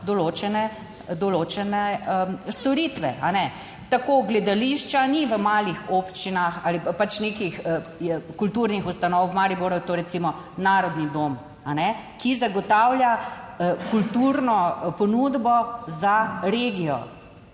določene storitve, a ne. Tako gledališča ni v malih občinah ali pa pač nekih kulturnih ustanov, v Mariboru je to recimo Narodni dom, a ne, ki zagotavlja kulturno ponudbo za regijo